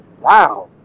wow